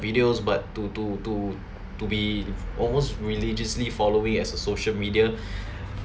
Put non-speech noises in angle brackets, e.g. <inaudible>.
videos but to to to to be almost religiously following as a social media <breath>